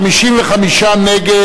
במלוא עוצמתה, ונגיד